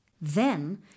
Then